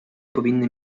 powinny